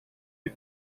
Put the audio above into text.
yüz